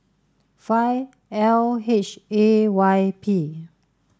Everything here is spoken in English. five L H A Y P